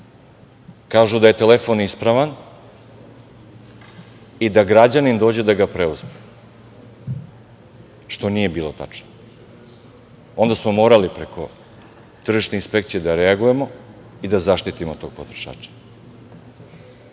kažu da je telefon ispravan i da građanin dođe da ga preuzme, što nije bilo tačno. Onda smo morali preko tržišne inspekcije da reagujemo i da zaštitimo tog potrošača. Gde